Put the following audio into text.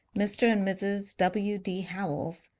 mr. and mrs. w. d. howells,